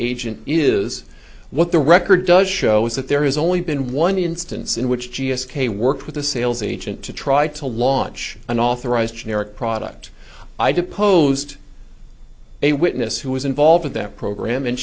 agent is what the record does show is that there has only been one instance in which g s k worked with the sales agent to try to launch an authorized generic product i do posed a witness who was involved in that program and